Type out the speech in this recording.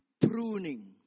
pruning